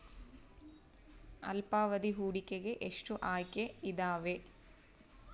ಅಲ್ಪಾವಧಿ ಹೂಡಿಕೆಗೆ ಎಷ್ಟು ಆಯ್ಕೆ ಇದಾವೇ?